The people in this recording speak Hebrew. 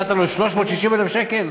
נתתם לו 360,000 שקל.